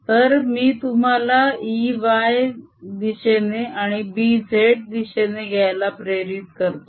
तर मी तुम्हाला E y दिशेने आणि B z दिशेने घ्यायला प्रेरित करतो